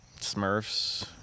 Smurfs